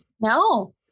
No